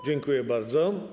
Dziękuję bardzo.